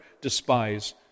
despise